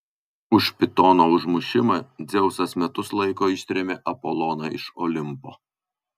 už pitono užmušimą dzeusas metus laiko ištrėmė apoloną iš olimpo